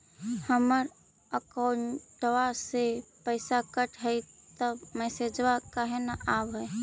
हमर अकौंटवा से पैसा कट हई त मैसेजवा काहे न आव है?